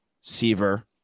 Seaver